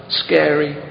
scary